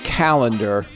calendar